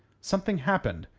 something happened,